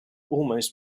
almost